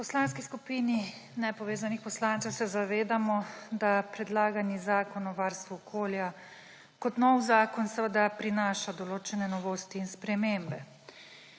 V Poslanski skupini nepovezanih poslancev se zavedamo, da predlagani zakon o varstvu okolja kot nov zakon prinaša določene novosti in spremembe.